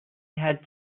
had